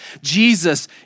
Jesus